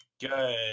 Good